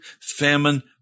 famine